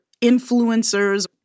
influencers